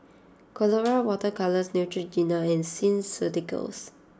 Colora Water Colours Neutrogena and Skin Ceuticals